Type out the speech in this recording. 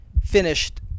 finished